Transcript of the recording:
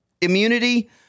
immunity